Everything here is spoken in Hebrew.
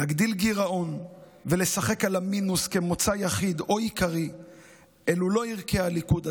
להגדיל גירעון ולשחק על המינוס כמוצא יחיד או עיקרי אלו לא ערכי הליכוד,